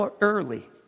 early